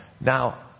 now